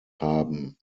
haben